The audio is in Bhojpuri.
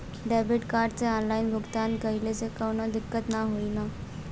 डेबिट कार्ड से ऑनलाइन भुगतान कइले से काउनो दिक्कत ना होई न?